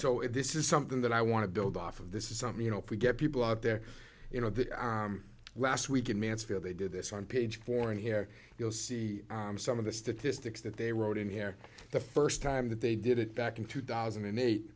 so if this is something that i want to build off of this is something you know if we get people out there you know that last week in mansfield they did this on page four and here you'll see some of the statistics that they wrote in here the first time that they did it back in two thousand and eight